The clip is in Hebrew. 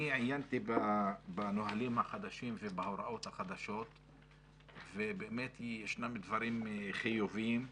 עיינתי בנהלים החדשים ובהוראות החדשות ויש דברים חיוביים,